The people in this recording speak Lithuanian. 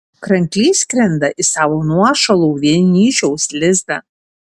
kranklys skrenda į savo nuošalų vienišiaus lizdą